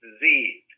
disease